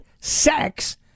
sex